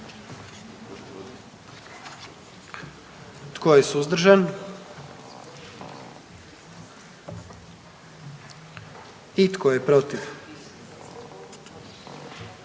Tko je suzdržan? I tko je protiv?